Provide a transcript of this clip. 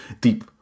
deep